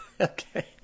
Okay